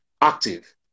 active